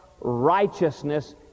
righteousness